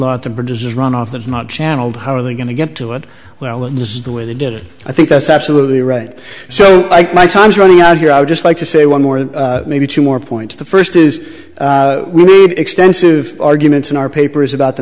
feedlot to produce runoff that's not channeled how are they going to get to it well and this is the way they did it i think that's absolutely right so i time's running out here i would just like to say one more maybe two more points the first is extensive arguments in our papers about the